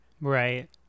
Right